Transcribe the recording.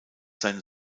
sein